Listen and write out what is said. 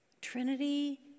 Trinity